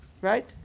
Right